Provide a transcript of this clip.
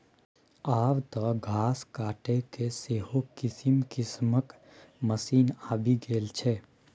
आब तँ घास काटयके सेहो किसिम किसिमक मशीन आबि गेल छै